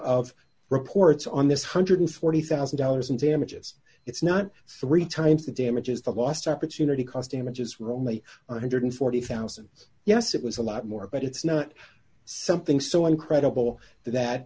of reports on this one hundred and forty thousand dollars in damages it's not three times the damages the last opportunity cost damages were only one hundred and forty thousand dollars yes it was a lot more but it's not something so incredible that